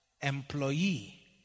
employee